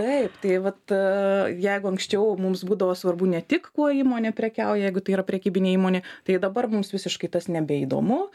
taip tai vat jeigu anksčiau mums būdavo svarbu ne tik kuo įmonė prekiauja jeigu tai yra prekybinė įmonė tai dabar mums visiškai tas nebeįdomu